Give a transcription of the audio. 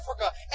Africa